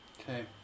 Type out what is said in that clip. Okay